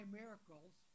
miracles